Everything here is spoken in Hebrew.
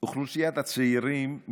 אוכלוסיית הצעירים היא